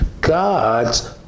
God's